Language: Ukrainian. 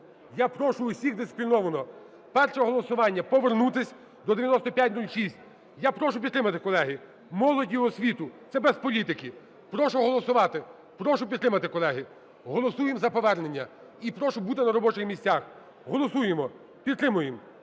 Я прошу всіх дисципліновано. Перше голосування – повернутись до 9506. Я прошу підтримати, колеги, молодь і освіту, це без політики. Прошу голосувати. Прошу підтримати, колеги. Голосуємо за повернення. І прошу бути на робочих місцях. Голосуємо, підтримуємо.